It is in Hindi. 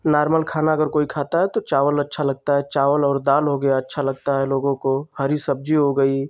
नॉर्मल खाना अगर कोई खाता है तो चावल अच्छा लगता है चावल और दाल हो गया अच्छा लगता है लोगों को हरी सब्जी हो गई